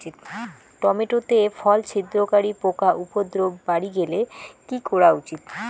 Tomato তে ফল ছিদ্রকারী পোকা উপদ্রব বাড়ি গেলে কি করা উচিৎ?